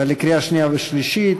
לקריאה שנייה ולקריאה שלישית.